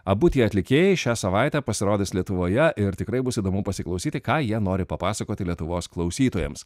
abu tie atlikėjai šią savaitę pasirodys lietuvoje ir tikrai bus įdomu pasiklausyti ką jie nori papasakoti lietuvos klausytojams